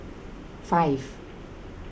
five